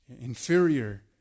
inferior